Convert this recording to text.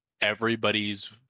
everybody's